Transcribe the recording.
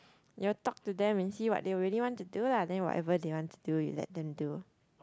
you will talk to them and see what they really want to do lah then whatever they want to do you let them do